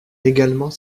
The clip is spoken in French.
également